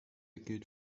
gilt